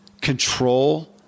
control